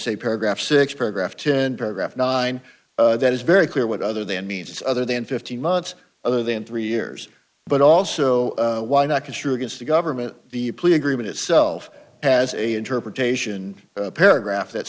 six paragraph ten paragraph nine that is very clear what other then means other than fifteen months other than three years but also why not construe against the government the plea agreement itself has a interpretation paragraph that